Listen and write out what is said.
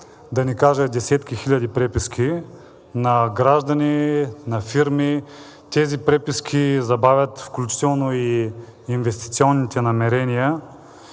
да не кажа десетки хиляди преписки на граждани, на фирми. Тези преписки забавят включително и инвестиционните намерения.